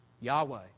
Yahweh